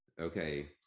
okay